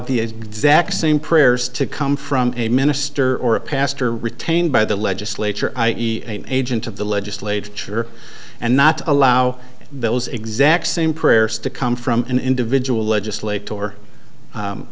the zach same prayers to come from a minister or a pastor retained by the legislature i e agent of the legislature and not allow those exact same prayers to come from an individual legislat